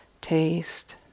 taste